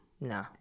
No